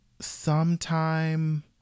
sometime